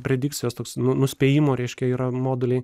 predikcijos toks nu nuspėjimo reiškia yra moduliai